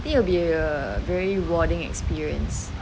it will be a very rewarding experience